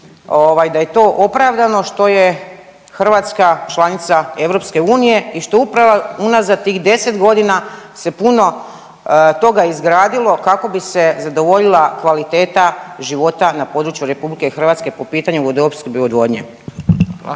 da je to opravdano što je Hrvatska članica EU i što upravo unazad tih deset godina se puno toga izgradilo kako bi se zadovoljila kvaliteta života na području Republike Hrvatske po pitanju vodoopskrbe i odvodnje.